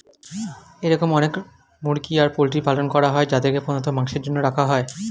এরম অনেক মুরগি আর পোল্ট্রির পালন করা হয় যাদেরকে প্রধানত মাংসের জন্য রাখা হয়